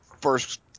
first